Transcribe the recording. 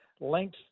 length